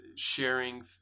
sharing